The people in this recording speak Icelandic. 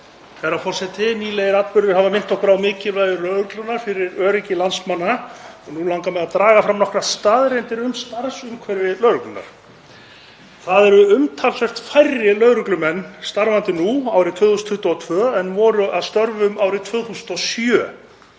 Herra forseti. Nýlegir atburðir hafa minnti okkur á mikilvægi lögreglunnar fyrir öryggi landsmanna. Nú langar mig að draga fram nokkrar staðreyndir um starfsumhverfi lögreglunnar. Það eru umtalsvert færri lögreglumenn starfandi nú árið 2022 en voru að störfum árið 2007.